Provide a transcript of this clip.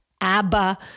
ABBA